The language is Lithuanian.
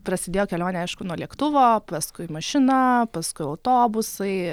prasidėjo kelionė aišku nuo lėktuvo paskui mašina paskui autobusai